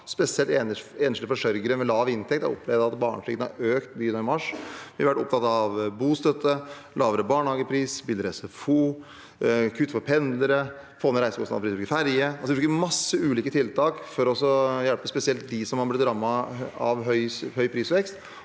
spesielt enslige forsørgere med lav inntekt opplevd at barnetrygden har økt mye nå. Vi har vært opptatt av bostøtte, lavere barnehagepris, billigere SFO, kutt for pendlere, få ned reisekostnadene hvis man bruker ferje – vi bruker en mengde ulike tiltak for å hjelpe spesielt dem som har blitt rammet av høy prisvekst.